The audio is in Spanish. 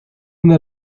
una